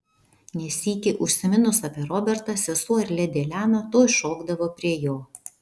ne sykį užsiminus apie robertą sesuo ir ledi elena tuoj šokdavo prie jo